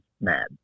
mad